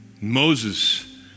Moses